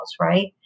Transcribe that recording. right